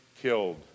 killed